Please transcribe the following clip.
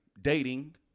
dating